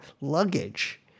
luggage